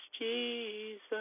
Jesus